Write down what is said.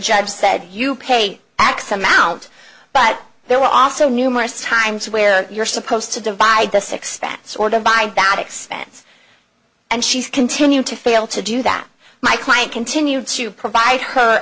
judge said you pay x amount but there were also numerous times where you're supposed to divide this expense or divide that expense and she's continue to fail to do that my client continued to provide her